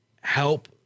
help